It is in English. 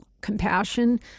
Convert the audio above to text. compassion